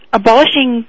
abolishing